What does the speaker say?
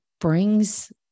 brings